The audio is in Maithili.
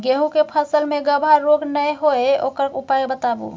गेहूँ के फसल मे गबहा रोग नय होय ओकर उपाय बताबू?